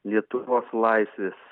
lietuvos laisvės